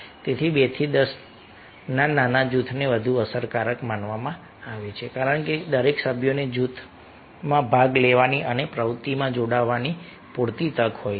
તેથી 2 થી 10 ના નાના જૂથને વધુ અસરકારક માનવામાં આવે છે કારણ કે દરેક સભ્યોને જૂથમાં ભાગ લેવાની અને પ્રવૃત્તિમાં જોડાવવાની પૂરતી તક હોય છે